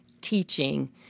teaching